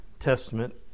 testament